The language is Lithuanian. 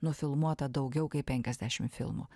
nufilmuota daugiau kaip penkiasdešimt filmų